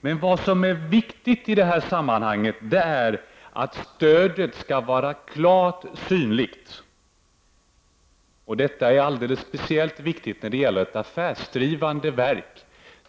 Vad som är viktigt i sammanhanget är emellertid att stödet är klart synligt. Detta är speciellt viktigt när det gäller ett affärsdrivande verk.